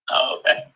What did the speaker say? Okay